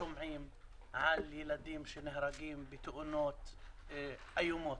שומעים על ילדים שנהרגים בתאונות איומות.